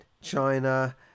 China